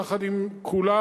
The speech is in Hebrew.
יחד עם כולם,